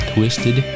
Twisted